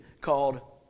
called